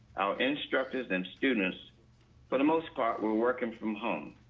instructors and students for the most part were working from home.